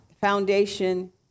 foundation